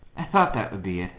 i thought that would be it,